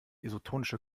isotonische